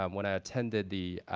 um when i attended the